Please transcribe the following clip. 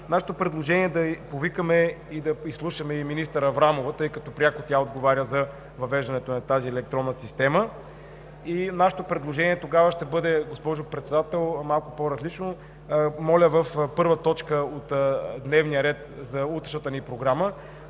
нашето предложение е да повикаме и да изслушаме и министър Аврамова, тъй като тя пряко отговаря за въвеждането на тази електронна система. Нашето предложение, госпожо Председател, тогава ще бъде малко по-различно: моля в първа точка от дневния ред за утрешната ни програма,